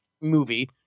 movie